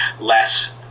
less